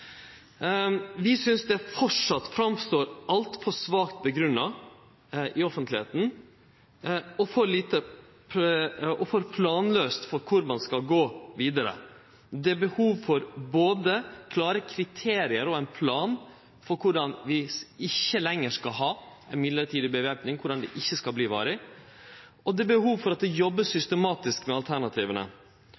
Vi synest det framleis framstår som altfor svakt grunngjeve i offentlegheita og planlaust for kor ein skal gå vidare. Det er behov for både klare kriterium og ein plan for korleis vi ikkje lenger skal ha den mellombelse væpninga, korleis det ikkje skal verte varig, og det er behov for at det